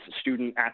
student